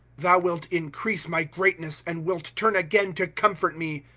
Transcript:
thou wilt increase my greatness, and wilt turn again to comfort me.